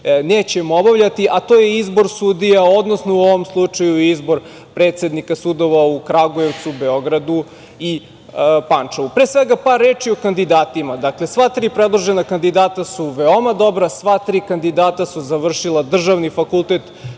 nećemo obavljati, a to je izbor sudija, odnosno u ovom slučaju izbor predsednika sudova u Kragujevcu, Beogradu i Pančevu. Pre svega, par reči o kandidatima. Sva tri predložena kandidata su veoma dobra, sva tri kandidata su završila državni fakultet,